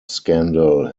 scandal